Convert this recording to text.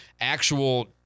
actual